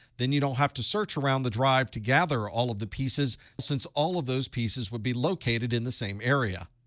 then you don't have to search around the drive to gather all of the pieces, since all of those pieces would be located in the same area.